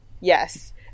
yes